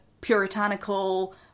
puritanical